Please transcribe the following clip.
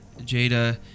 Jada